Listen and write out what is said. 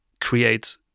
create